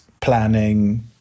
planning